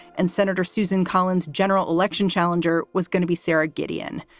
and senator susan collins, general election challenger, was going to be sarah gideon.